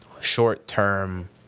short-term